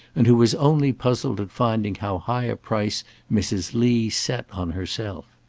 and who was only puzzled at finding how high a price mrs. lee set on herself.